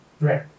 Right